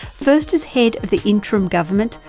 first as head of the interim government,